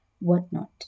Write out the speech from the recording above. whatnot